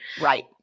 Right